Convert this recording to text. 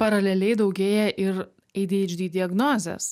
paraleliai daugėja ir adhd diagnozės